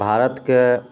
भारतके